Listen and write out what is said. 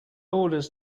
orders